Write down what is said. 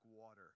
water